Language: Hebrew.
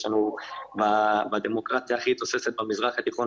לנו בדמוקרטיה הכי תוססת במזרח התיכון,